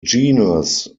genus